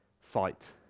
fight